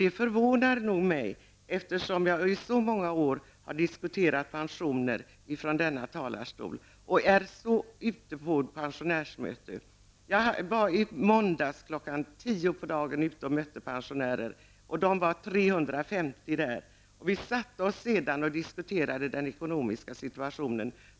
Det förvånar mig, eftersom jag i så många år har diskuterat pensionsfrågor i denna talarstol och ofta är ute på pensionärsmöten. I måndags kl. 10.00 var jag ute och mötte 350 pensionärer. Vi satte oss ner och diskuterade den ekonomiska situationen.